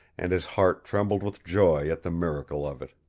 and his heart trembled with joy at the miracle of it.